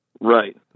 Right